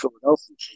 Philadelphia